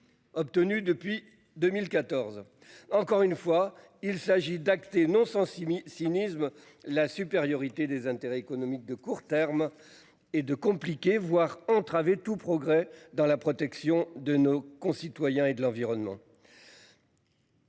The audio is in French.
Obtenus depuis 2014. Encore une fois, il s'agit d'acter non 106.000 cynisme la supériorité des intérêts économiques de court terme et de compliqué voire entraver tout progrès dans la protection de nos concitoyens et de l'environnement.